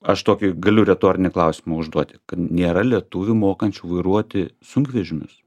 aš tokį galiu retorinį klausimą užduoti nėra lietuvių mokančių vairuoti sunkvežimius